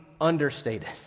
understated